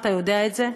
אתה יודע את זה.